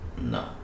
No